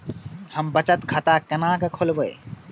हम बचत खाता केना खोलैब?